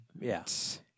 Yes